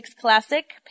classic